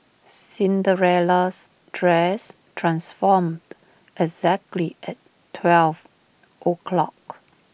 Cinderella's dress transformed exactly at twelve o' clock